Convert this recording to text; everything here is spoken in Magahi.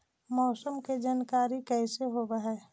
मौसमा के जानकारी कैसे होब है?